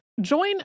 Join